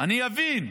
אני אבין.